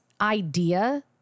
idea